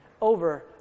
over